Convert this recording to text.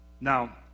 Now